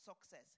success